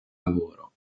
lavoro